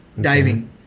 diving